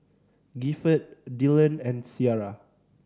Gifford Dillan and Ciarra